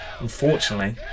unfortunately